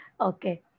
Okay